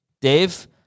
Dave